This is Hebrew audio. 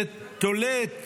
שתולה את